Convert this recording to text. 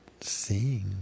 seeing